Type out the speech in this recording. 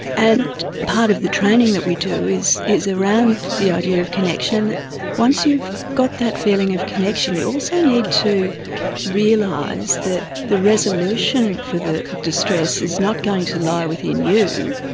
and part of the training that we do is is around the idea of connection. and once you've got that feeling of connection you also need to realise that the resolution for the distress is not going to lie within you,